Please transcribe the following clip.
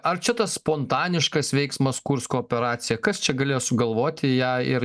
ar čia tas spontaniškas veiksmas kursko operacija kas čia galėjo sugalvoti ją ir